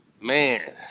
Man